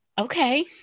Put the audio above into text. okay